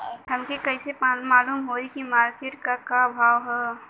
हमके कइसे मालूम होई की मार्केट के का भाव ह?